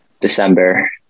December